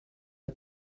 are